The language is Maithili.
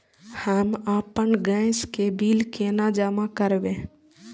हम आपन गैस के बिल केना जमा करबे?